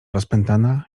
rozpętana